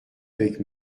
avec